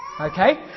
Okay